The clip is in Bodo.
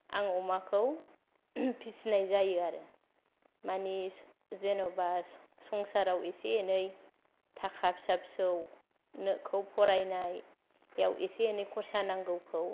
आं अमाखौ फिसिनाय जायो आरो मानि जेन'बा सं संसाराव एसे एनै थाखा फिसा फिसौ नोखौ फरायनायाव एसे एनै खरसा नांगौखौ